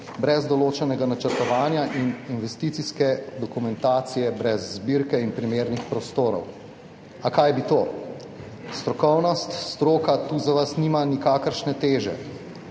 brez določenega načrtovanja in investicijske dokumentacije, brez zbirke in primernih prostorov. A kaj bi to, strokovnost, stroka tu za vas nima nikakršne teže,